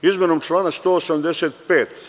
Izmenom člana 185.